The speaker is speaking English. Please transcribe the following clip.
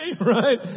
Right